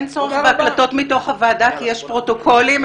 אין צורך בהקלטות מתוך הוועדה כי יש פרוטוקולים.